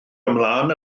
ymlaen